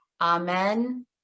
Amen